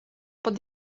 pod